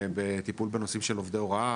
בטיפול בנושאים של עובדי הוראה